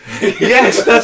yes